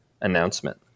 announcement